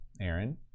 Aaron